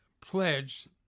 pledged